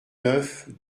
neuf